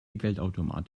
geldautomat